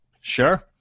Sure